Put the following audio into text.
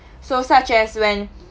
so such as when